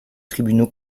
tribunaux